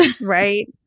Right